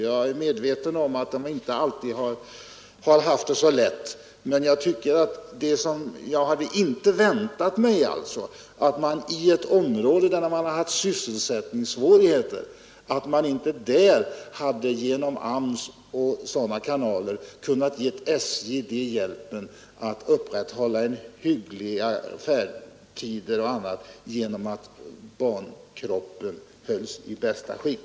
Jag är medveten om att man där inte alltid haft det så lätt. Men jag hade inte väntat mig att man i ett område, där man har sysselsättningssvårigheter, inte genom AMS-bidrag och liknande kunnat ge SJ hjälp att upprätthålla hyggliga restider genom att hålla bankroppen i bästa skick.